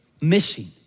missing